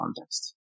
context